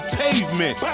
pavement